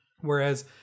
whereas